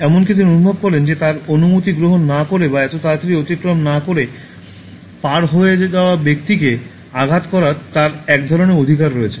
এমনকি তিনি অনুভব করেন যে তার অনুমতি গ্রহণ না করে বা এত তাড়াতাড়ি অতিক্রম না করে পার হয়ে যাওয়া ব্যক্তিকে আঘাত করার তার একধরনের অধিকার রয়েছে